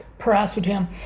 paracetam